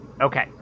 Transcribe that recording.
Okay